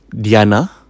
Diana